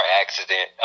accident